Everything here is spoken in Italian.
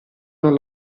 non